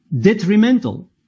detrimental